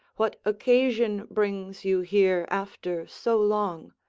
what occasion brings you here after so long?